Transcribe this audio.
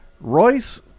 Royce